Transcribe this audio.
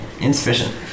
Insufficient